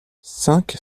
cinq